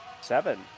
Seven